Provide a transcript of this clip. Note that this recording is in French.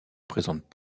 présentent